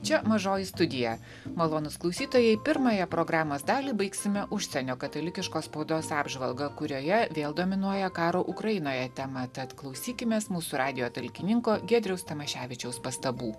čia mažoji studija malonūs klausytojai pirmąją programos dalį baigsime užsienio katalikiškos spaudos apžvalga kurioje vėl dominuoja karo ukrainoje tema tad klausykimės mūsų radijo talkininko giedriaus tamaševičiaus pastabų